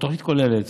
התוכנית כוללת